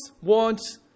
want